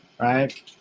right